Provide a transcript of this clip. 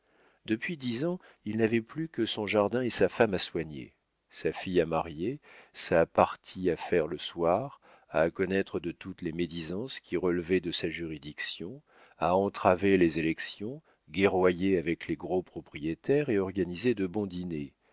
depuis dix ans il n'avait plus que son jardin et sa femme à soigner sa fille à marier sa partie à faire le soir à connaître de toutes les médisances qui relevaient de sa juridiction à entraver les élections guerroyer avec les gros propriétaires et organiser de bons dîners